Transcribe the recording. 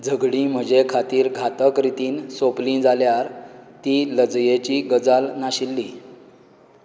झगडीं म्हजे खातीर घातक रितीन सोंपली जाल्यार ती लजेची गजाल नाशिल्ली